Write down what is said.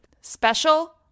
Special